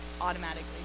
automatically